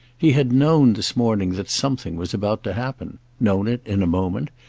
he had known this morning that something was about to happen known it, in a moment,